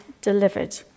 delivered